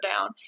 down